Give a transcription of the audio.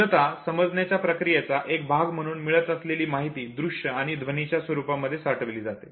मुलत समजण्याच्या प्रक्रियेचा एक भाग म्हणून मिळत असलेली माहिती दृश्य आणि ध्वनीच्या स्वरूपामध्ये साठवली जाते